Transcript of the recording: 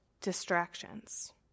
distractions